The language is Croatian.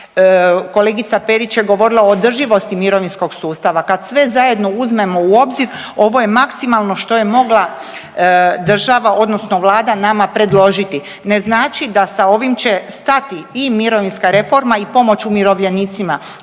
kolegica Perić je govorila o održivosti mirovinskog sustava, kad sve zajedno uzmemo u obzir ovo je maksimalno što je mogla država odnosno vlada nama predložiti. Ne znači da sa ovim će stati i mirovinska reforma i pomoć umirovljenicima.